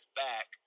back